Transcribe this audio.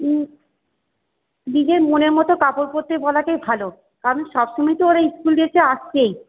নিজের মনের মতো কাপড় পরতে বলাটাই ভালো কারণ সব সময় তো ওরা স্কুল ড্রেসে আসছেই